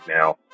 now